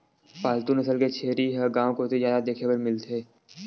पालतू नसल के छेरी ह गांव कोती जादा देखे बर मिलथे